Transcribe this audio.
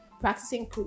practicing